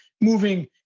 moving